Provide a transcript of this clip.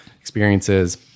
experiences